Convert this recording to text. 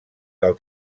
del